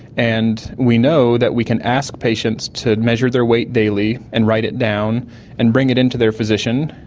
and we know that we can ask patients to measure their weight daily and write it down and bring it in to their physician.